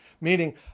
Meaning